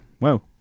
Wow